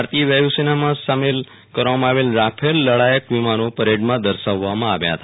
ભારતીય વાયુસેનામાં સામેલ કરવામાં આવેલ રાફેલ લડાયક વિમાનો પરેડમાં દર્શાવવામાં આવ્યા હતા